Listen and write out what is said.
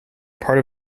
part